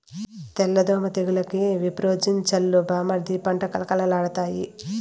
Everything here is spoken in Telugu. తెల్ల దోమ తెగులుకి విప్రోజిన్ చల్లు బామ్మర్ది పంట కళకళలాడతాయి